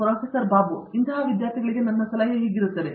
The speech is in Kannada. ಪ್ರೊಫೆಸರ್ ಬಾಬು ವಿಶ್ವನಾಥ್ ಇಂತಹ ವಿದ್ಯಾರ್ಥಿಗಳಿಗೆ ನನ್ನ ಸಲಹೆ ಹೀಗಿರುತ್ತದೆ